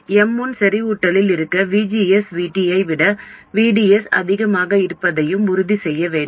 M1 செறிவூட்டலில் இருக்க VGS VT ஐ விட VDS அதிகமாக இருப்பதையும் உறுதிசெய்ய வேண்டும்